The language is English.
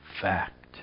fact